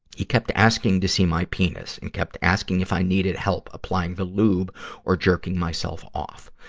he kept asking to see my penis and kept asking if i needed help applying the lube or jerking myself off.